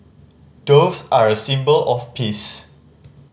doves are a symbol of peace